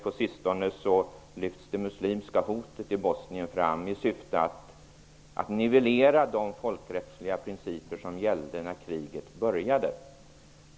På sistone har t.o.m. det muslimska hotet i Bosnien lyfts fram i syfte att nivellera de folkrättsliga principer som gällde när kriget började.